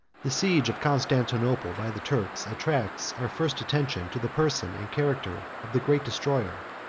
the siege of constantinople by the turks attracts our first attention to the person and character of the great destroyer.